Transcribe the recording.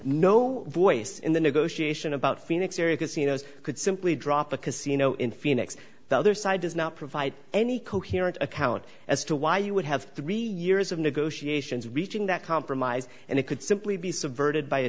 no voice in the negotiation about phoenix area casinos could simply drop a casino in phoenix the other side does not provide any coherent account as to why you would have three years of negotiations reaching that compromise and it could simply be subverted by a